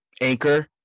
Anchor